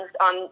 on